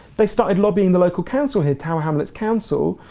they started lobbying the local council here, tower hamlets council,